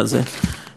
עצם הגישה,